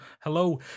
hello